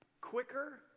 quicker